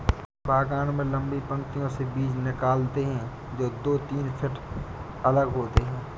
बागान में लंबी पंक्तियों से बीज निकालते है, जो दो तीन फीट अलग होते हैं